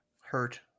Hurt